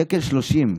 1.30 שקלים תוספת.